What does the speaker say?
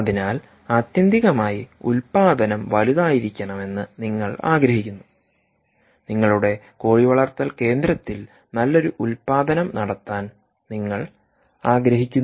അതിനാൽ ആത്യന്തികമായി ഉൽപാദനം വലുതായിരിക്കണമെന്ന് നിങ്ങൾ ആഗ്രഹിക്കുന്നു നിങ്ങളുടെ കോഴിവളർത്തൽ കേന്ദ്രത്തിൽ നല്ലൊരു ഉൽപാദനം നടത്താൻ നിങ്ങൾ ആഗ്രഹിക്കുന്നു